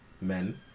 men